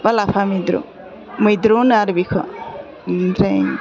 बा लाफा मैद्रु मैद्रु होनो आरो बिखौ ओमफ्राय